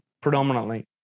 predominantly